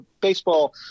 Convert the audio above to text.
baseball